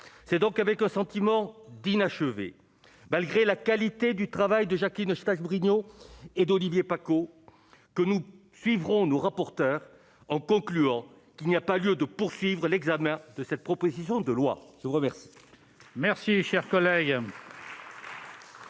c'est donc avec un sentiment d'inachevé malgré la qualité du travail de Jacqueline Eustache-Brinio et d'Olivier Paccaud, que nous suivrons-nous rapporteur en concluant qu'il n'y a pas lieu de poursuivre l'examen de cette proposition de loi, je vous remercie. Merci, cher collègue.